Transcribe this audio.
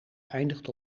eindigt